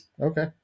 okay